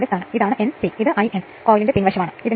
05 Ω X2 ഇത് ശരിയാക്കി X2 ഇവിടെ ഇത് 0